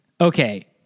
okay